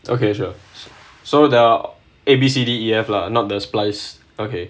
okay sure so now A B C D E F lah not the slice okay